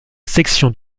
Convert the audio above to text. section